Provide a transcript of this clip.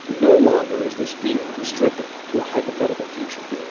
no longer is this fear restricted to a hypothetical future.